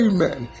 Amen